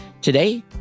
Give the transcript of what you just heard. today